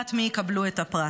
שקובעת מי יקבלו את הפרס.